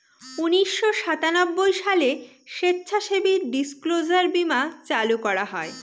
উনিশশো সাতানব্বই সালে স্বেচ্ছাসেবী ডিসক্লোজার বীমা চালু করা হয়